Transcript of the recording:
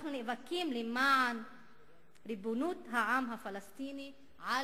אנחנו נאבקים למען ריבונות העם הפלסטיני על